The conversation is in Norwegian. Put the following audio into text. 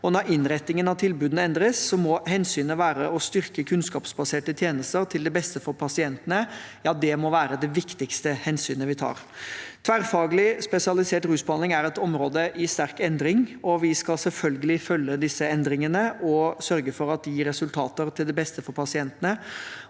når innretningen av tilbudene endres, må hensynet være å styrke kunnskapsbaserte tjenester til beste for pasientene – ja, det må være det viktigste hensynet vi tar. Tverrfaglig spesialisert rusbehandling er et område i sterk endring, og vi skal selvfølgelig følge disse endringene og sørge for at de gir resultater til beste for pasientene.